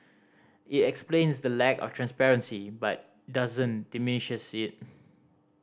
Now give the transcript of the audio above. it explains the lack of transparency but doesn't diminish it